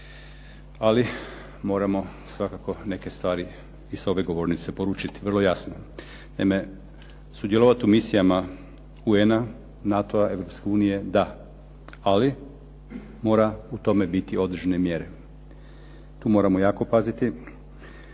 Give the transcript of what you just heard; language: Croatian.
ali moramo svakako neke stvari i s ove govornice poručiti vrlo jasno. Naime, sudjelovati u misijama UN-a, NATO-a, Europske unije da, ali mora u tome biti određene mjere. Tu moramo jako paziti